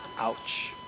Ouch